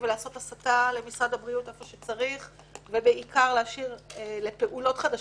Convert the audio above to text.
ולעשות הסטה למשרד הבריאות ובעיקר להשאיר לפעולות חדשות,